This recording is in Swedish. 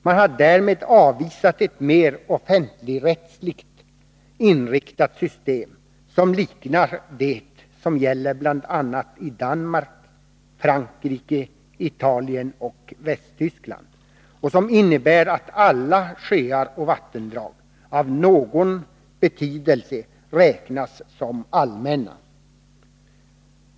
Man har därmed avvisat ett mer offentligrättsligt inriktat system, som liknar det som gäller i bl.a. Danmark, Frankrike, Italien och Västtyskland och som innebär att alla sjöar och vattendrag av någon betydelse räknas som allmänna.